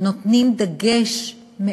שמים דגש של